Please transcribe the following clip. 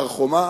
בהר-חומה,